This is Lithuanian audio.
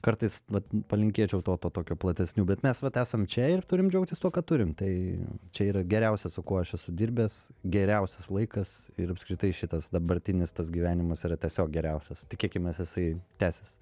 kartais vat palinkėčiau to to tokio platesnių bet mes vat esam čia ir turim džiaugtis tuo ką turim tai čia yra geriausia su kuo aš esu dirbęs geriausias laikas ir apskritai šitas dabartinis tas gyvenimas yra tiesiog geriausias tikėkimės jisai tęsis